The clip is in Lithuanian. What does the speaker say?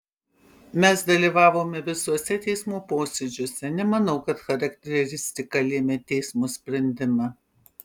mes dalyvavome visuose teismo posėdžiuose nemanau kad charakteristika lėmė teismo sprendimą